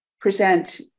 present